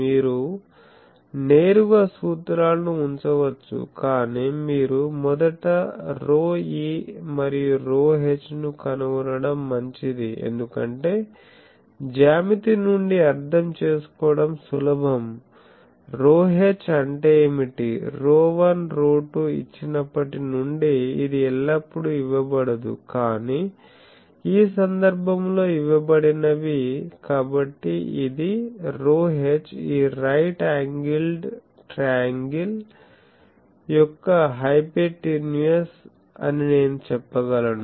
మీరు నేరుగా సూత్రాలను ఉంచవచ్చు కాని మీరు మొదట ρe మరియు ρh ను కనుగొనడం మంచిది ఎందుకంటే జ్యామితి నుండి అర్థం చేసుకోవడం సులభం ρh అంటే ఏమిటి ρ1 ρ2 ఇచ్చినప్పటి నుండి ఇది ఎల్లప్పుడూ ఇవ్వబడదు కానీ ఈ సందర్భంలో ఇవ్వబడినవి కాబట్టి ఇది ρh ఈ రైట్ ఆంగిల్డ్ ట్రయాంగిల్ యొక్క హైపోటెన్యూస్ అని నేను చెప్పగలను